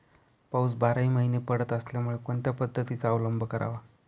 पाऊस बाराही महिने पडत असल्यामुळे कोणत्या पद्धतीचा अवलंब करावा?